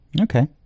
okay